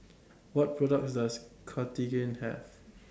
What products Does Cartigain Have